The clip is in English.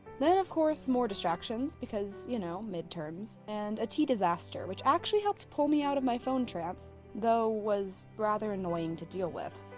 then, of course, more distractions because you know, midterms, and a tea disaster which actually helped pull me out of my phone trance though was rather annoying to deal with.